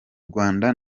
rwanda